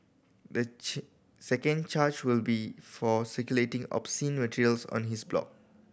the chain second charge will be for circulating obscene materials on his blog